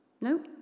No